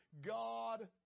God